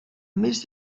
més